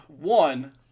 One